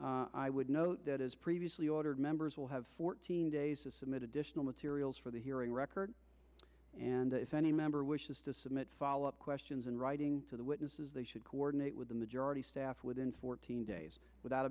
participation i would note that as previously ordered members will have fourteen days to submit additional materials for the hearing record and if any member wishes to submit follow up questions in writing to the witnesses they should go with the majority staff within fourteen days without